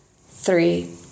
Three